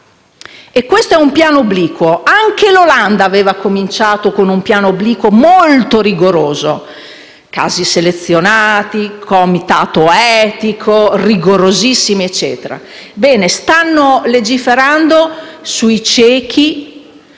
E questo è un piano obliquo. Anche l'Olanda aveva cominciato con un piano obliquo molto rigoroso: casi selezionati, comitato etico, molto rigore e quant'altro. Ebbene, stanno legiferando sui ciechi